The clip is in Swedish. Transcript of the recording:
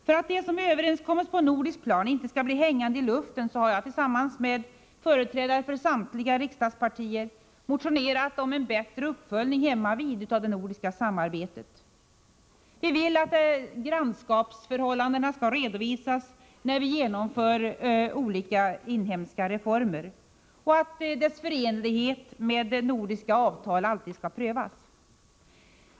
För att det som överenskommes på nordiskt plan inte skall bli hängande i luften har jag tillsammans med företrädare för samtliga övriga riksdagspartier motionerat om en bättre uppföljning hemmavid av det nordiska samarbetet. Vi vill att grannlandsförhållandena skall redovisas när vi genomför olika inhemska reformer och att dessa reformers förenlighet med nordiska avtal alltid skall prövas.